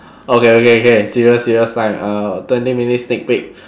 okay okay okay serious serious time uh twenty minute sneak peek